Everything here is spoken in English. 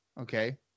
okay